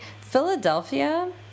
Philadelphia